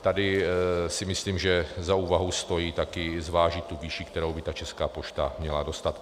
Tady si myslím, že za úvahu stojí zvážit také tu výši, kterou by ta Česká pošta měla dostat.